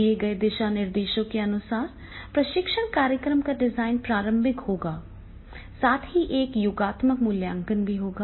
दिए गए दिशा निर्देशों के अनुसार प्रशिक्षण कार्यक्रम का डिज़ाइन प्रारंभिक होगा साथ ही यह योगात्मक मूल्यांकन भी होगा